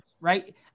right